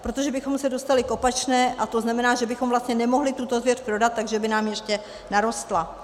Protože bychom se dostali k opačnému, to znamená, že bychom vlastně nemohli tuto zvěř prodat, takže by nám ještě narostla.